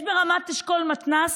יש ברמת אשכול מתנ"ס,